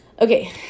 Okay